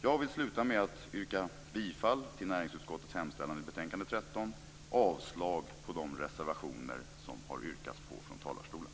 Jag vill sluta med att yrka bifall till näringsutskottets hemställan i betänkande 13 och avslag på de reservationer som det har yrkats på från talarstolen.